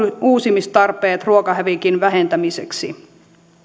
uusimistarpeet ruokahävikin vähentämiseksi